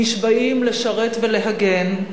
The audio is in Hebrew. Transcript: נשבעים לשרת ולהגן,